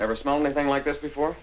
ever small nothing like this before